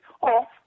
off